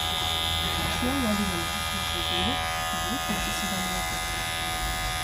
šiuo loginio mąstymo šaltiniu būtina susidomėti